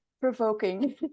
provoking